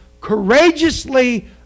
courageously